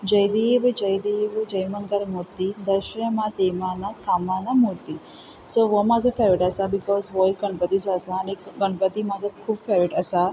जय देव जय देव जय मंगल मूर्ति दर्शनमात्रे मन कामनांमूर्ति सो हो म्हाजो फेवरेट आसा बिकोज होय गणपतीचो आसा आनी गणपती म्हाजे खूब फेवरेट आसा